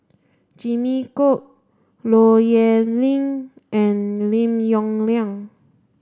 Jimmy Chok Low Yen Ling and Lim Yong Liang